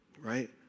right